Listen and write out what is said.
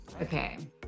Okay